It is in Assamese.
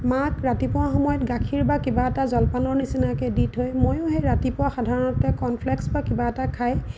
মাক ৰাতিপুৱা সময়ত গাখীৰ বা কিবা এটা জলপানৰ নিচিনাকৈ দি থৈ ময়ো সেই ৰাতিপুৱা সাধাৰণতে কৰ্ণফ্লেক্স বা কিবা এটা খাই